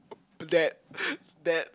that that